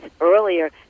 earlier